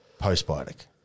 postbiotic